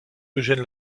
eugène